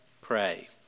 pray